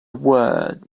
word